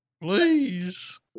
please